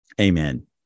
amen